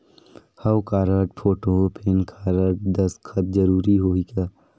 हव card, photo, PAN card, दस्खत जरूरी होही का?